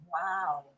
Wow